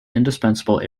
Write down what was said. indispensable